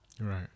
Right